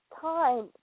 time